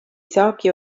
saagi